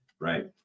Right